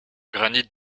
granite